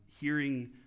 hearing